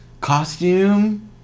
Costume